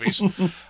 movies